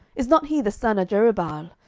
is not he the son of jerubbaal?